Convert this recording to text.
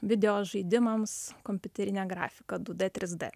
video žaidimams kompiuterinę grafiką du d trys d